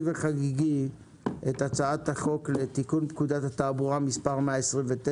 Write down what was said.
וחגיגי את הצעת החוק לתיקון פקודת התעבורה (מס' 129)